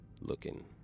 Looking